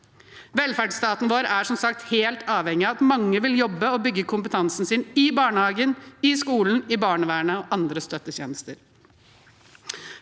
Velferdsstaten vår er som sagt helt avhengig av at mange vil jobbe og bygge kompetansen sin i barnehagen, skolen, barnevernet og andre støttetjenester.